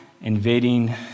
invading